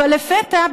אבל לפתע,